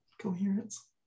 coherence